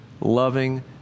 loving